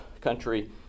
country